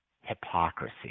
hypocrisy